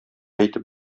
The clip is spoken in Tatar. әйтеп